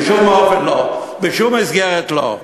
לא, לא, בשום מסגרת לא.